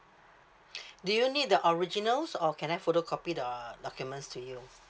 do you need the originals or can I photocopy the uh documents to you